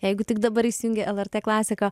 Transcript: jeigu tik dabar įsijungė lrt klasiką